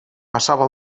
passava